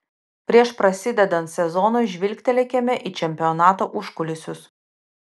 prieš prasidedant sezonui žvilgtelėkime į čempionato užkulisius